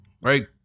right